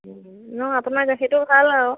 নহয় আপোনাৰ গাখীৰটো ভাল আৰু